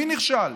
מי נכשל?